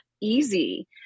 easy